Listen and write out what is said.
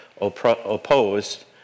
opposed